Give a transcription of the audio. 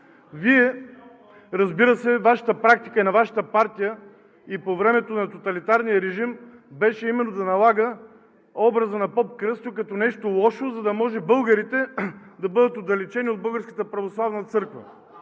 Вие, разбира се, Вашата практика на Вашата партия и по времето на тоталитарния режим беше именно да налага образа на поп Кръстю като нещо лошо, за да може българите да бъдат отдалечени от Българската православна църква.